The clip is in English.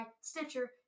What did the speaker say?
Stitcher